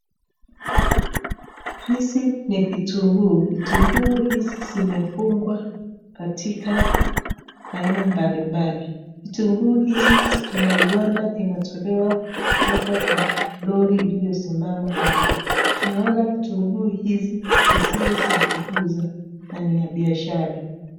Hizi ni vitunguu, vitunguu hizi zimefungwa katika aina mbali mbali. Vitunguu hizi tunaiona inatolewa kutoka kwa lori iliyosimama hapo. Tunaona vitunguu hizi ni zile za kuuza na ni ya biashara.